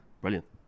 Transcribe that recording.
brilliant